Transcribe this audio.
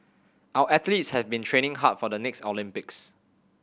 our athletes have been training hard for the next Olympics